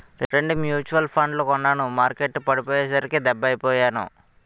రెండు మ్యూచువల్ ఫండ్లు కొన్నాను మార్కెట్టు పడిపోయ్యేసరికి డెబ్బై పొయ్యాను